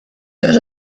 does